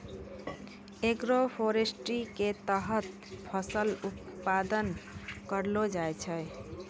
agroforestry के तहत फसल उत्पादन करलो जाय छै